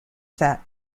that